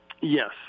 Yes